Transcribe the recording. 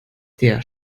der